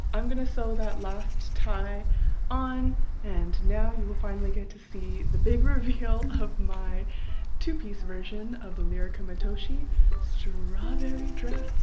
i'm going to sew that last tie on and now you will finally get to see the big reveal of my two-piece version of the lirika matoshi strawberry dress